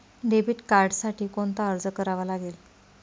Debit कार्डसाठी कोणता अर्ज करावा लागेल?